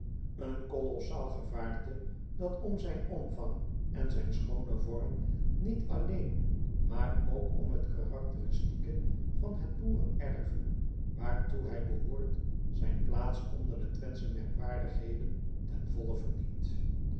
een colossaal gevaarte dat om zijn omvang en zijn schoonen vorm niet alleen maar ook om het karakteristieke van het boerenerve waartoe hij behoort zijn plaats onder de wenthsche merkwaardig heden ten volle verdient